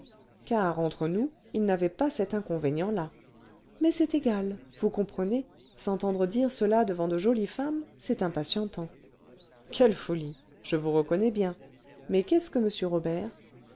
car entre nous il n'avait pas cet inconvénient là mais c'est égal vous comprenez s'entendre dire cela devant de jolies femmes c'est impatientant quelle folie je vous reconnais bien mais qu'est-ce que m robert